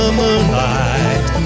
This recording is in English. moonlight